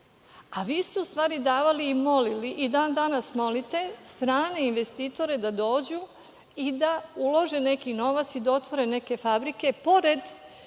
a vi ste u stvari davali i molili i dan danas molite strane investitore da dođu i da ulože neki novac i da otvore neke fabrike pored